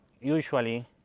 usually